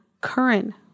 current